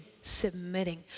submitting